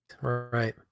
right